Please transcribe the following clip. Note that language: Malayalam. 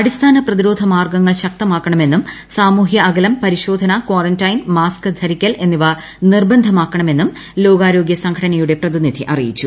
അടിസ്ഥാന പ്രതിരോധ മാർഗ്ഗങ്ങൾ ശക്തമാക്കണമെന്നും സാമൂഹൃ അകലം പരിശോധന കാറന്റൈൻ മാസ്ക് ധരിക്കൽ എന്നിവ നിർബന്ധമാക്കണമെന്നും ലോകാരോഗ്യ സംഘടനയുടെ പ്രതിനിധി അറിയിച്ചു